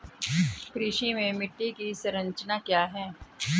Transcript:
कृषि में मिट्टी की संरचना क्या है?